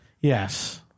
Yes